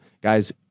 guys